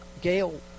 Gail